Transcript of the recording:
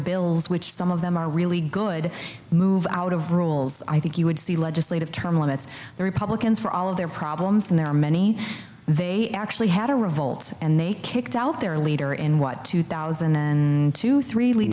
bills which some of them are really good move out of rules i think you would see legislative term limits the republicans for all of their problems and there are many they actually had a revolt and they kicked out their leader in what thousand to three lee